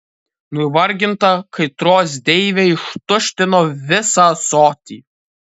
nuvarginta kaitros deivė ištuštino visą ąsotį